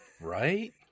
Right